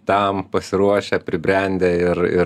tam pasiruošę pribrendę ir ir